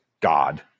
God